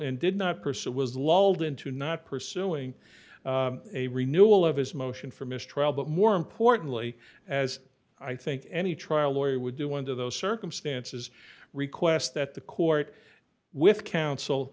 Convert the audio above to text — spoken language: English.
and did not pursue was lulled into not pursuing a renewal of his motion for mistrial but more importantly as i think any trial lawyer would do under those circumstances request that the court with coun